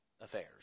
affairs